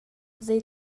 zei